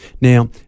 Now